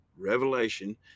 Revelation